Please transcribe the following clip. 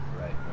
right